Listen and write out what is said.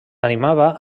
animava